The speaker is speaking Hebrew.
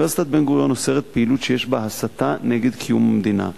אוניברסיטת בן-גוריון אוסרת פעילות שיש בה הסתה נגד קיום המדינה,